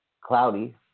cloudy